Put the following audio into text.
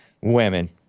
women